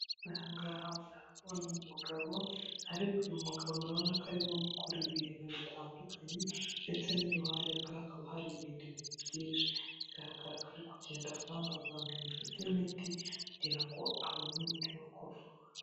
Aha ngaha murahabona umugabo, ariko uyu mugabo murabona ko arimo gukora ibintu bitandukanye ndetse n'iruhande rwe hakaba hari ibindi bintu byinshi, bigaragara ko ari kugenda avangavanga ibintu by'imiti, kugira ngo abone umuti wo kuvura.